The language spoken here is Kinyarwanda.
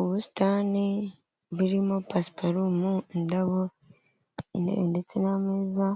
Ubusitani burimo pasipalumu, indabo, intebe ndetse n'ameza